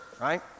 right